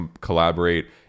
collaborate